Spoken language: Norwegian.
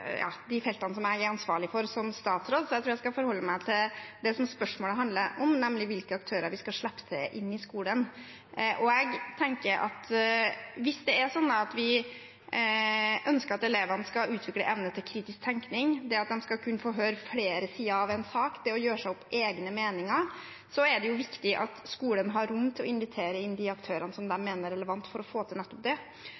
de feltene jeg er ansvarlig for som statsråd. Jeg tror jeg skal forholde meg til det spørsmålet handler om, nemlig hvilke aktører vi skal slippe til i skolen. Jeg tenker at hvis vi ønsker at elevene skal utvikle evne til kritisk tenkning, at de skal kunne få høre flere sider av en sak og gjøre seg opp egne meninger, er det viktig at skolen har rom til å invitere inn de aktørene som